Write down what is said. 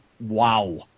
wow